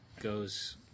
goes